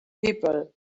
people